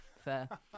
fair